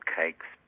cakes